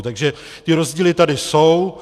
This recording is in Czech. Takže ty rozdíly tady jsou.